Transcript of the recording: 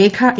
Rekha A